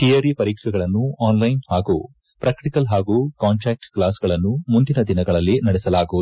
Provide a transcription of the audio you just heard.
theory ಪರೀಕ್ಷೆಗಳನ್ನು online ಹಾಗೂ practical ಹಾಗೂ ಕಾಂಟ್ಕಾಕ್ಟ್ ಕ್ಲಾಸ್ಗಳನ್ನು ಮುಂದಿನ ದಿನಗಳಲ್ಲಿ ನಡೆಸಲಾಗುವುದು